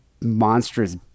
monstrous